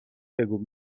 بگو